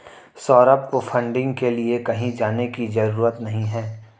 सौरभ को फंडिंग के लिए कहीं जाने की जरूरत नहीं है